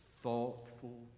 thoughtful